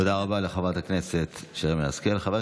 תודה רבה לחברת הכנסת שרן מרים השכל.